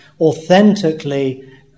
authentically